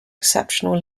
exceptional